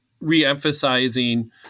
re-emphasizing